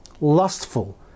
lustful